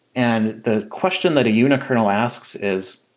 and the question that a unikernel asks is,